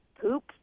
Poop